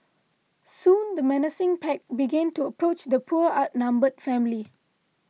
soon the menacing pack began to approach the poor outnumbered family